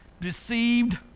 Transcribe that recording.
deceived